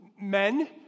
Men